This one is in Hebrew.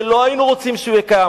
שלא היינו רוצים שהוא יהיה קיים,